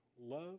love